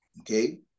okay